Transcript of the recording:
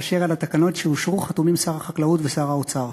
כאשר על התקנות שאושרו חתומים שר החקלאות ושר האוצר.